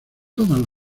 todas